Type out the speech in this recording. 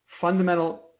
Fundamental